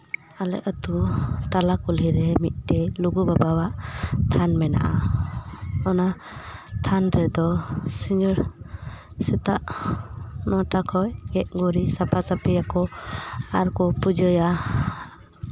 ᱟᱞᱮ ᱟᱹᱛᱩ ᱛᱟᱞᱟ ᱠᱩᱞᱦᱤᱨᱮ ᱢᱤᱫᱴᱮᱱ ᱞᱩᱜᱩ ᱵᱟᱵᱟᱣᱟᱜ ᱛᱷᱟᱱ ᱢᱮᱱᱟᱜᱼᱟ ᱚᱱᱟ ᱛᱷᱟᱱ ᱨᱮᱫᱚ ᱥᱤᱸᱜᱟᱹᱲ ᱥᱮᱛᱟᱜ ᱱᱚᱴᱟ ᱠᱷᱚᱱ ᱜᱮᱡᱼᱜᱩᱨᱤᱡ ᱥᱟᱯᱷᱟ ᱥᱟᱹᱯᱷᱤᱭᱟᱠᱚ ᱟᱨᱠᱚ ᱯᱩᱡᱟᱹᱭᱟ